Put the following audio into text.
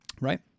Right